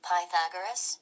Pythagoras